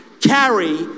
Carry